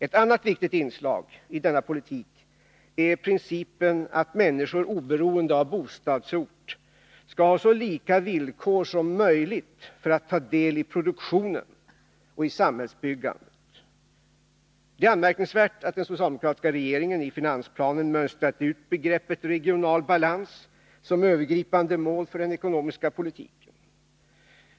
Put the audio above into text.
Ett annat viktigt inslag i denna politik är principen att människor, oberoende av bostadsort, skall ha så lika villkor som möjligt när det gäller att ta del i produktionen och i samhällsbyggandet. Det är anmärkningsvärt att den socialdemokratiska regeringen i finansplanen mönstrat ut begreppet regional balans som övergripande mål för den ekonomiska politiken.